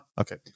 Okay